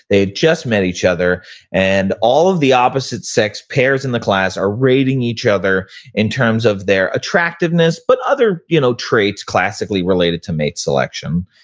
they had just met each other and all of the opposite sex pairs in the class are rating each other in terms of their attractiveness, but other you know traits classically related to mate selection,